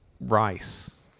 rice